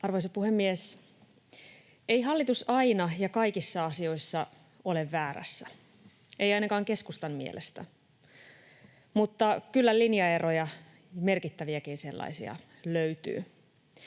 Arvoisa puhemies! Ei hallitus aina ja kaikissa asioissa ole väärässä, ei ainakaan keskustan mielestä, mutta kyllä linjaeroja — merkittäviäkin sellaisia — löytyy.